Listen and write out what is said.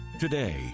Today